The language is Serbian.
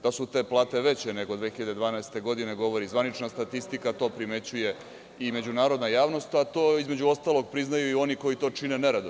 Da su te plate veće nego 2012. godine govori zvanična statistika, a to primećuje i međunarodna javnost, a to između ostalog priznaju i oni koji to čine nerado.